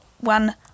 one